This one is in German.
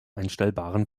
einstellbaren